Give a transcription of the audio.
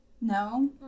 No